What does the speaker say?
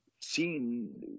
seen